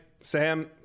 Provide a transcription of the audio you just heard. sam